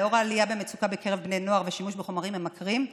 לנוכח המצוקה בקרב בני נוער והשימוש בחומרים ממכרים,